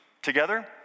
Together